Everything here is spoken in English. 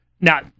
Now